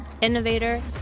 innovator